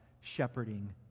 shepherding